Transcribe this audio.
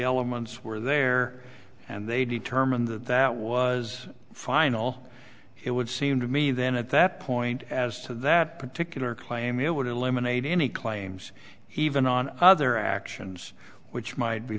elements were there and they determined that that was final it would seem to me then at that point as to that particular claim it would eliminate any claims he even on other actions which might be